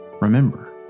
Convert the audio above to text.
Remember